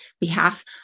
behalf